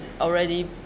already